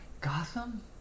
Gotham